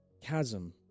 chasm